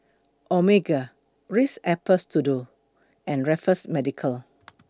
Omega Ritz Apple Strudel and Raffles Medical